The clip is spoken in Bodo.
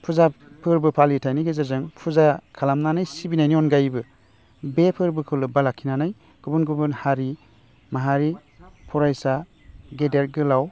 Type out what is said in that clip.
फुजा फोरबो फालिथाइनि गेजेरजों फुजा खालामनानै सिबिनायनि अनगायैबो बे फोरबोखौ लोब्बा लाखिनानै गुबुन गुबुन हारि महारि फरायसा गेदेर गोलाव